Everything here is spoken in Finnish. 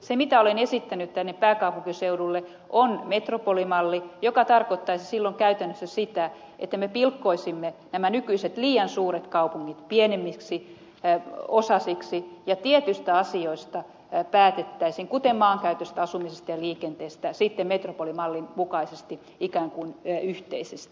se mitä olen esittänyt tänne pääkaupunkiseudulle on metropolimalli joka tarkoittaisi käytännössä sitä että me pilkkoisimme nämä nykyiset liian suuret kaupungit pienemmiksi osasiksi ja tietyistä asioista päätettäisiin kuten maankäytöstä asumisesta ja liikenteestä sitten metropolimallin mukaisesti ikään kuin yhteisesti